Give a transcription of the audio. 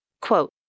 Quote